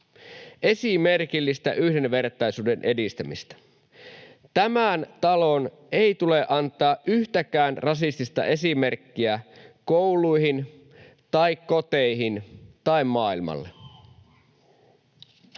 esimerkillistä yhdenvertaisuuden edistämistä. Tämän talon ei tule antaa yhtäkään rasistista esimerkkiä kouluihin tai koteihin tai maailmalle.